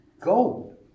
gold